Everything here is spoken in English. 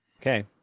Okay